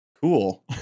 cool